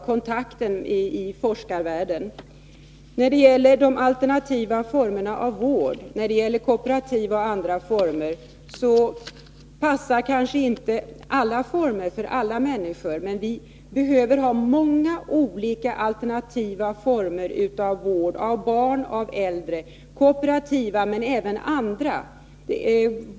Beträffande kooperativa och andra vårdformer: Alla former passar kanske inte alla människor. Men vi behöver ha många olika alternativa former när det gäller vård av barn och äldre — kooperativa former och andra.